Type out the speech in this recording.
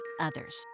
others